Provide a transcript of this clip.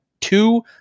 two